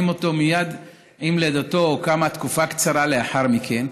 אותו מייד עם לידתו או תקופה קצרה לאחר מכן,